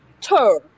two